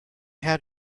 how